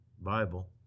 Bible